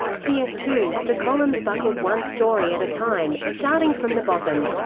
here, too, the columns buckled one story at a time, starting from the bottom.